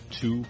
two